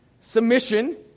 submission